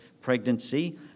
pregnancy